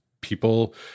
people